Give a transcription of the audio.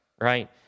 right